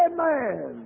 Amen